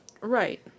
Right